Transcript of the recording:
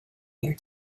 here